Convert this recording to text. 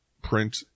print